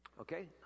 Okay